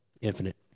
Infinite